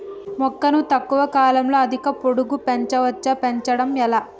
మొక్కను తక్కువ కాలంలో అధిక పొడుగు పెంచవచ్చా పెంచడం ఎలా?